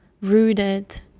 rooted